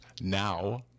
Now